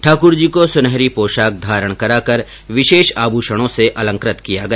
ठाकुरजी को सुनहरी पोशाक धारण कराकर विशेष आभूषणों से अलंकृत किया गया